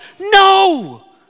No